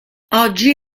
oggi